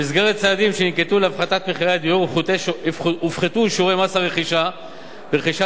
במסגרת צעדים שננקטו להפחתת מחירי הדיור הופחתו שיעורי מס הרכישה ברכישת